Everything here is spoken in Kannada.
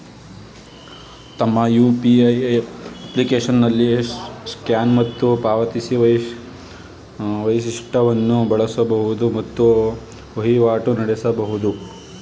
ತಮ್ಮ ಯು.ಪಿ.ಐ ಅಪ್ಲಿಕೇಶನ್ನಲ್ಲಿ ಸ್ಕ್ಯಾನ್ ಮತ್ತು ಪಾವತಿಸಿ ವೈಶಿಷ್ಟವನ್ನು ಬಳಸಬಹುದು ಮತ್ತು ವಹಿವಾಟು ನಡೆಸಬಹುದು